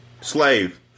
Slave